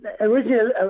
originally